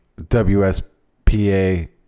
WSPA